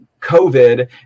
COVID